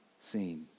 seen